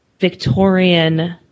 Victorian